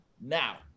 now